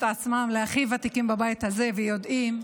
עצמם להכי ותיקים בבית הזה ויודעים,